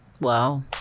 Wow